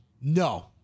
No